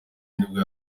nibwo